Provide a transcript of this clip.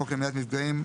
חוק למניעת מפגעים,